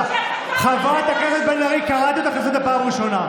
חברת הכנסת בן ארי,